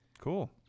Cool